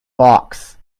box